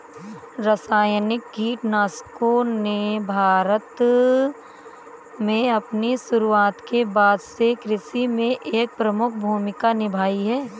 रासायनिक कीटनाशकों ने भारत में अपनी शुरूआत के बाद से कृषि में एक प्रमुख भूमिका निभाई हैं